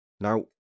now